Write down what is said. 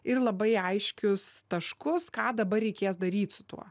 ir labai aiškius taškus ką dabar reikės daryt su tuo